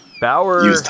Bauer